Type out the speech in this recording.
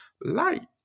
light